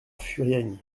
furiani